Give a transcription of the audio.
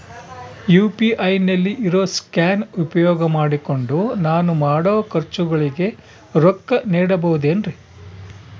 UPI ನಲ್ಲಿ ಇರೋ scan ಉಪಯೋಗ ಮಾಡಿಕೊಂಡು ನಾನು ಮಾಡೋ ಖರ್ಚುಗಳಿಗೆ ರೊಕ್ಕ ನೇಡಬಹುದೇನ್ರಿ?